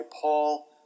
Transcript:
Paul